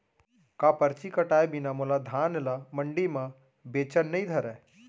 का परची कटाय बिना मोला धान ल मंडी म बेचन नई धरय?